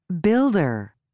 Builder